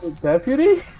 Deputy